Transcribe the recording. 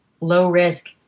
low-risk